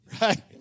Right